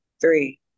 three